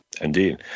Indeed